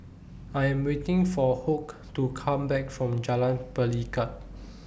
I Am waiting For Hoke to Come Back from Jalan Pelikat